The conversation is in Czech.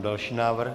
Další návrh.